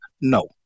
No